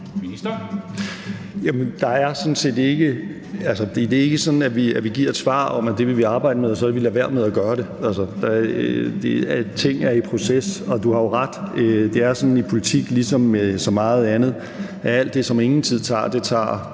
Det er ikke sådan, at vi giver et svar om, at det vil vi arbejde med, og så lader vi være med at gøre det. Altså, ting er i proces, og du har jo ret i, at det er sådan i politik ligesom med så meget andet, at alt det, som ingen tid tager, tager